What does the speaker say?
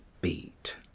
Beat